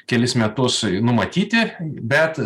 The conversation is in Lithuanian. kelis metus numatyti bet